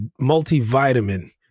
multivitamin